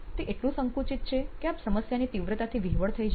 તે એટલું સંકુચિત છે કે આપ સમસ્યાની તીવ્રતાથી વિહ્વળ થઇ જાઓ